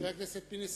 חבר הכנסת פינס,